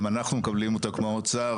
גם אנחנו מקבלים אותה כמו האוצר.